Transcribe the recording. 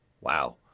Wow